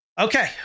Okay